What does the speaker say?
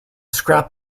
scrap